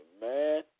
man